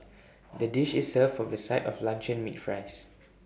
the dish is served with A side of luncheon meat fries